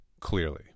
clearly